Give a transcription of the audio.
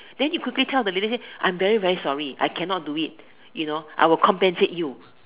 then you quickly tell the lady say I'm very very sorry I cannot do it you know I will compensate you